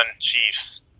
Chiefs